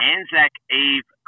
Anzac-Eve